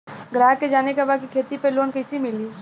ग्राहक के जाने के बा की खेती पे लोन कैसे मीली?